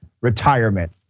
retirement